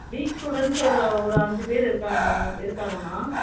week students ஒரு ஒரு அஞ்சு பேர் இருக்காங்க இருக்காங்க அம்மா